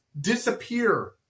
disappear